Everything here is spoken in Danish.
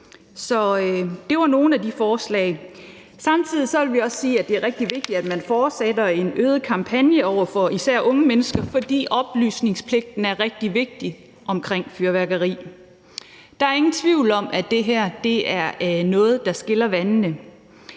det var nogle af de forslag. Samtidig vil vi også sige, at det er rigtig vigtigt, at man fortsætter en øget kampagne over for især unge mennesker, fordi oplysningspligten er rigtig vigtig omkring fyrværkeri. Der er ingen tvivl om, at det her er noget, der skiller vandene.